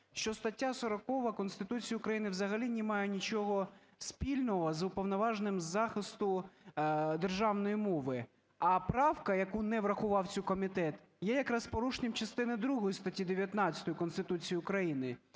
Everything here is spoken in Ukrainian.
що стаття 40 Конституції України взагалі не має нічого спільного з Уповноваженим із захисту державної мови. А правка, яку не врахував комітет, є якраз порушенням частини другої статті 19 Конституції України,